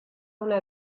una